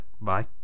bye